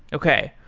okay.